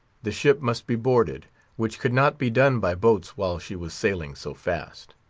the ship must be boarded which could not be done by boats while she was sailing so fast.